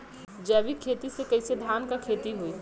जैविक खेती से कईसे धान क खेती होई?